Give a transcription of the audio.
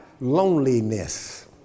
loneliness